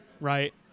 right